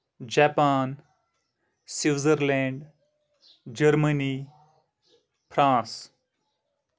Japan Switzerland Germany France